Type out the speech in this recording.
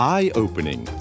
Eye-opening